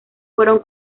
fueron